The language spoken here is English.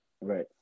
Right